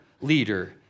leader